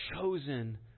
chosen